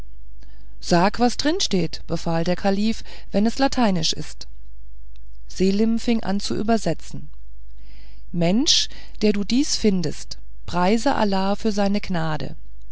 sag was drin steht befahl der kalif wenn es lateinisch ist selim fing an zu übersetzen mensch der du dieses findest preise allah für seine gnade